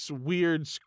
weird